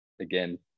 again